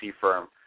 firm